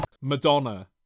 Madonna